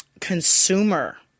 consumer